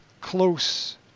close